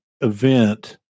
event